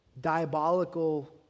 diabolical